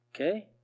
Okay